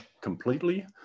completely